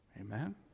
Amen